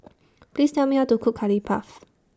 Please Tell Me How to Cook Curry Puff